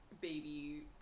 baby